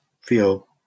feel